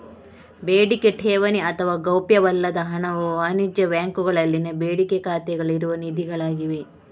ಬೇಡಿಕೆ ಠೇವಣಿ ಅಥವಾ ಗೌಪ್ಯವಲ್ಲದ ಹಣವು ವಾಣಿಜ್ಯ ಬ್ಯಾಂಕುಗಳಲ್ಲಿನ ಬೇಡಿಕೆ ಖಾತೆಗಳಲ್ಲಿ ಇರುವ ನಿಧಿಗಳಾಗಿವೆ